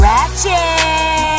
Ratchet